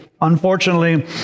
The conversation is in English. Unfortunately